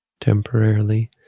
Temporarily